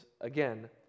again